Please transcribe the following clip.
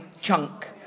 chunk